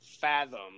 fathom